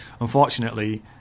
unfortunately